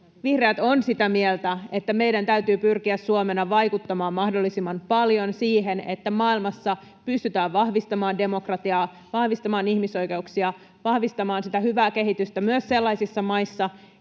Vihreät ovat sitä mieltä, että meidän täytyy pyrkiä Suomena vaikuttamaan mahdollisimman paljon siihen, että maailmassa pystytään vahvistamaan demokratiaa, vahvistamaan ihmisoikeuksia, vahvistamaan sitä hyvää kehitystä myös sellaisissa maissa,